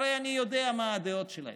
הרי אני יודע מה הדעות שלהם.